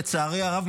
לצערי הרב,